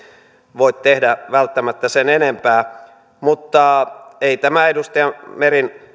voi tehdä välttämättä sen enempää mutta ei tämä edustaja meren